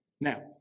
Now